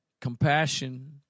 compassion